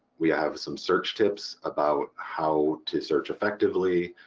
we have some search tips about how to search effectively,